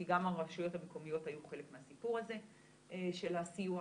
כי גם הרשויות המקומיות היו חלק מהסיפור הזה של הסיוע.